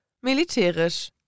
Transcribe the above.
militärisch